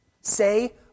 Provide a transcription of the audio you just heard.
Say